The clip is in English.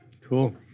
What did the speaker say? Cool